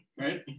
right